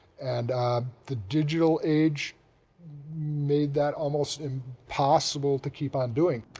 and the digital age made that almost impossible to keep on doing.